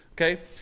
okay